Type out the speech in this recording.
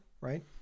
right